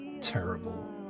terrible